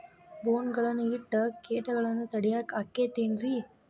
ಬೋನ್ ಗಳನ್ನ ಇಟ್ಟ ಕೇಟಗಳನ್ನು ತಡಿಯಾಕ್ ಆಕ್ಕೇತೇನ್ರಿ?